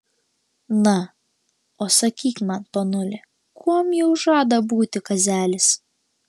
na o sakyk man ponuli kuom jau žada būti kazelis